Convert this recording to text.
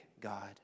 God